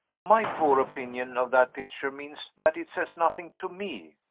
my poor opinion of that picture means that it says nothing to me.